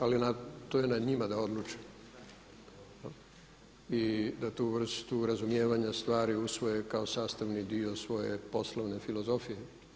Ali to je na njima da odluče i da tu vrstu razumijevanja stvari usvoje kao sastavni dio svoje poslovne filozofije.